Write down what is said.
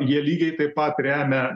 jie lygiai taip pat remia